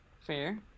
Fair